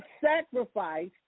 sacrifice